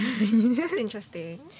Interesting